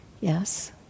Yes